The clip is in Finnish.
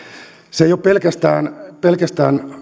se ei ole pelkästään